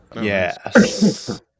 Yes